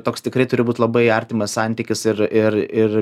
toks tikrai turi būti labai artimas santykis ir